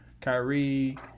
Kyrie